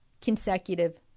consecutive